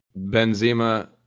Benzema